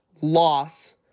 loss